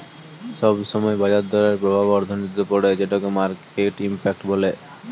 সব সময় বাজার দরের প্রভাব অর্থনীতিতে পড়ে যেটোকে মার্কেট ইমপ্যাক্ট বলে